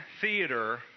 theater